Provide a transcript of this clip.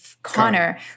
Connor